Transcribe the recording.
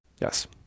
Yes